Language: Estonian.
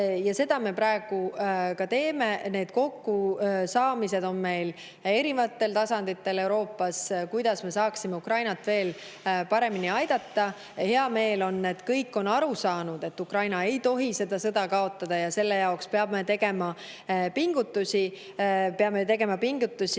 Seda me praegu teeme. Need kokkusaamised on meil erinevatel tasanditel Euroopas, kuidas me saaksime Ukrainat veel paremini aidata. Hea meel on, et kõik on aru saanud, et Ukraina ei tohi seda sõda kaotada ja selle jaoks peame tegema pingutusi.